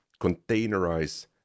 containerize